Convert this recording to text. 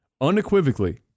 unequivocally